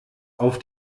auf